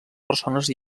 persones